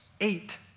eight